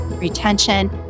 retention